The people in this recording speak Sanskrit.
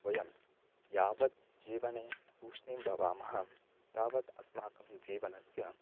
वयं यावत् जीवने तूष्णीं भवामः तावत् अस्माकं जीवनस्य